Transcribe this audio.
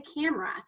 camera